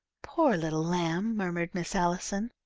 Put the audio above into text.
poor little lamb, murmured miss allison.